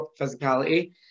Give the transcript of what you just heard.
physicality